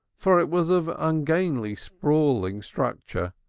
for it was of ungainly sprawling structure,